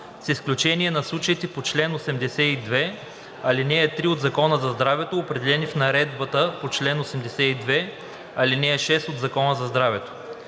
„с изключение на случаите по чл. 82, ал. 3 от Закона за здравето, определени в наредбата по чл. 82, ал. 6 от Закона за здравето.